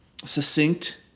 succinct